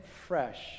fresh